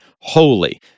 holy